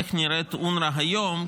איך נראית אונר"א היום,